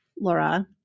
Laura